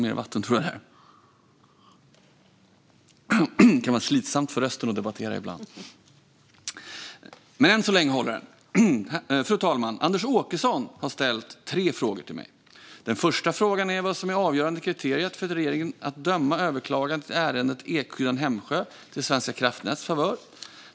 Fru talman! Anders Åkesson har ställt tre frågor till mig. Den första frågan är vad det avgörande kriteriet var för regeringen att döma överklagandet i ärendet Ekhyddan-Hemsjö till Svenska kraftnäts favör.